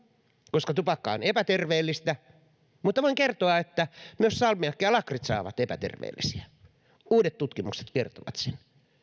koska tupakka on epäterveellistä mutta voin kertoa että myös salmiakki ja lakritsa ovat epäterveellisiä uudet tutkimukset kertovat sen